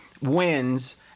wins